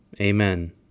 Amen